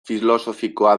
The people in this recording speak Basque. filosofikoa